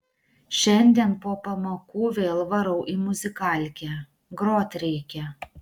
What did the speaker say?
šiandien po pamokų vėl varau į muzikalkę grot reikia